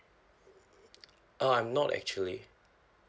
uh I'm not actually